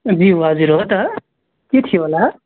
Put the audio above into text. ज्यू हजुर हो त के थियो होला